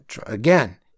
Again